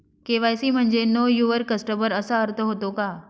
KYC म्हणजे know your customer असा अर्थ होतो का?